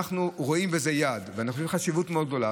אנחנו רואים בזה יעד ואנחנו מייחסים לזה חשיבות מאוד גדולה.